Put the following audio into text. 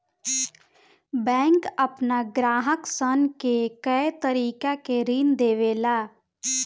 bank आपना ग्राहक सन के कए तरीका के ऋण देवेला